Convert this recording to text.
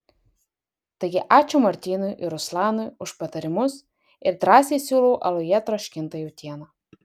taigi ačiū martynui ir ruslanui už patarimus ir drąsiai siūlau aluje troškintą jautieną